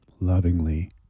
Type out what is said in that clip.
lovingly